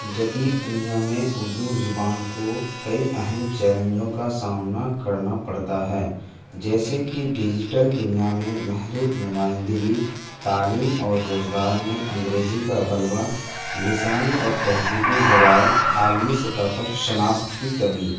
جدید دنیا میں اردو زبان کو کئی اہم چیلنجوں کا سامنا کرنا پڑتا ہے جیسے کہ ڈیجیٹل دنیا میں محدود نمائندگی تعلیم اور روزگار میں انگریزی کا غلبہ لسانی اور تہذیبی زوال عالمی سطح پر شناخت کی کمی